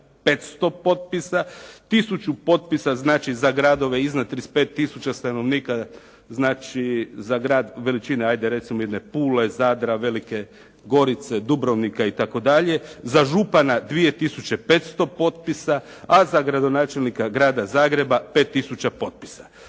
500 potpisa. Tisuću potpisa znači za gradove iznad 35 tisuća stanovnika, znači za grad veličine, ajde recimo jedne Pule, Zadra, Velike Gorice, Dubrovnika itd. za župana 2 tisuće 500 potpisa, a za gradonačelnika Grada Zagreba 5 tisuća potpisa.